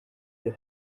you